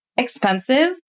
Expensive